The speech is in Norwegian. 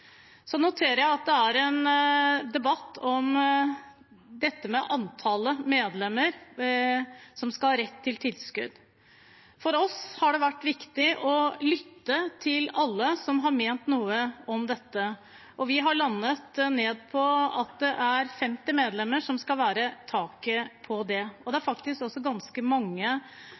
Så noterer jeg at det er en debatt om dette med antallet medlemmer som skal ha rett til tilskudd. For oss har det vært viktig å lytte til alle som har ment noe om dette, og vi har landet på at det er 50 medlemmer som skal være taket på det. Det er faktisk også ganske mange